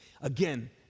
Again